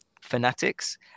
fanatics